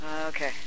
Okay